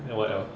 then what else